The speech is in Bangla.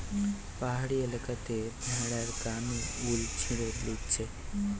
পাহাড়ি এলাকাতে ভেড়ার গা নু উল চেঁছে লিছে